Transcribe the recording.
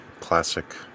classic